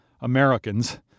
Americans